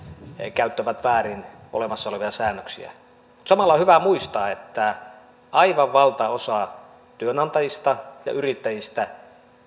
käyttävät väärin olemassa olevia säännöksiä mutta samalla on hyvä muistaa että aivan valtaosa työnantajista ja yrittäjistä